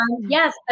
Yes